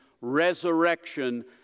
resurrection